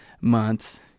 months